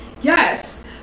yes